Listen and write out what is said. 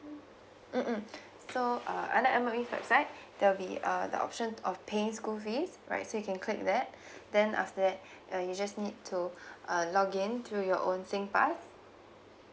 mm mm so uh uh like M_O_E's website there will be uh the option of paying school fees right so you can click that then after that uh you just need to uh log in through your own sing card